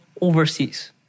overseas